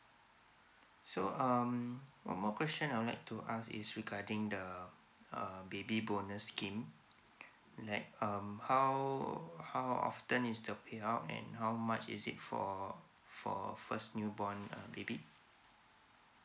so um one more question I would like to ask is regarding the uh baby bonus scheme like um how how often is the payout and how much is it for for first new born uh baby